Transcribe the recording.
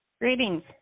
Greetings